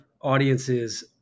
audiences